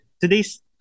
Today's